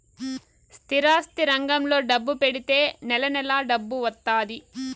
స్థిరాస్తి రంగంలో డబ్బు పెడితే నెల నెలా డబ్బు వత్తాది